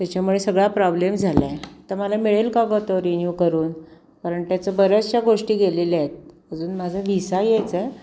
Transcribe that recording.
त्याच्यामुळे सगळा प्रॉब्लेम झाला आहे तर मला मिळेल का गं तो रिन्यू करून कारण त्याचं बऱ्याचशा गोष्टी गेलेल्या आहेत अजून माझा विसा याय चाय